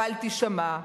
בל תישמע,